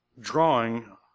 drawing